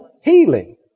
healing